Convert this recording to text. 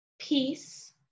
peace